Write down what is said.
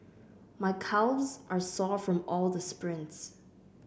my calves are sore from all the sprints